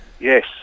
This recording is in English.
Yes